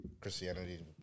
Christianity